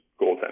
goaltender